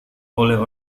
oleh